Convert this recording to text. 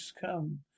come